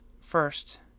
first